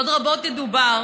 עוד רבות ידובר